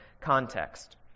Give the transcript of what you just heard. context